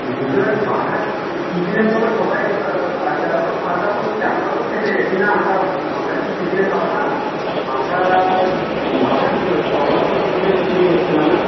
বুঝতে পারছি বাধা টিফিনের সময় সবাই ওরা বাচ্চারাও তো খাওয়া দাওয়া করছে আমরাও তো খেতে গেছি না আমরা আমরা কি টিফিনে খাব না বাধা বাধা কী করে দেব আমরাও তো টিফিনে টিফিন করছিলাম না